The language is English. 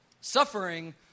Suffering